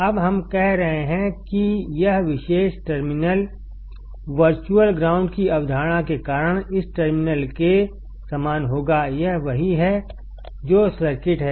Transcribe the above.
अब हम यह कह रहे हैं कि यह विशेष टर्मिनल वर्चुअल ग्राउंड की अवधारणा के कारण इस टर्मिनल के समान होगायह वही है जो सर्किट है